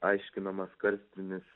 aiškinamas karstinis